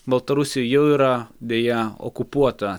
baltarusija jau yra deja okupuota